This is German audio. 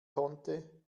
konnte